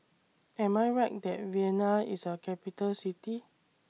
Am I Right that Vienna IS A Capital City